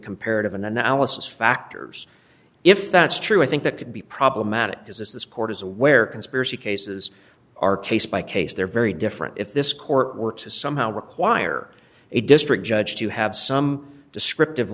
comparative analysis factors if that's true i think that could be problematic because as this court is aware conspiracy cases are case by case they're very different if this court were to somehow require a district judge to have some descriptive